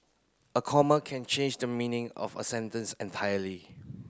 a comma can change the meaning of a sentence entirely